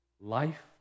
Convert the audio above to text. life